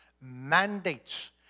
mandates